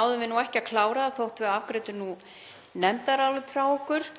náðum við ekki að klára það þótt við afgreiddum nú nefndarálit frá okkur